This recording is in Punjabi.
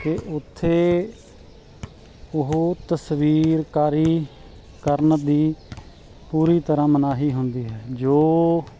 ਕਿ ਉੱਥੇ ਉਹ ਤਸਵੀਰਕਾਰੀ ਕਰਨ ਦੀ ਪੂਰੀ ਤਰ੍ਹਾਂ ਮਨਾਹੀ ਹੁੰਦੀ ਹੈ ਜੋ